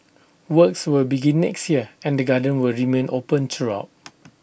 works will begin next year and the garden will remain open throughout